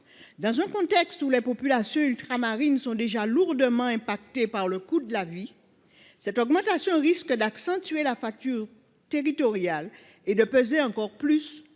Dans un contexte où les populations ultramarines sont déjà lourdement impactées par le coût de la vie, cette augmentation risque d’accentuer la fracture territoriale et de peser encore plus